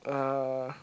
ah